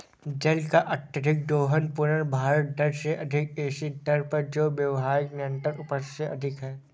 जल का अत्यधिक दोहन पुनर्भरण दर से अधिक ऐसी दर पर जो व्यावहारिक निरंतर उपज से अधिक है